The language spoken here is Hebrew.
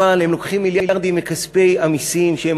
אבל הם לוקחים מיליארדים מכספי המסים שהם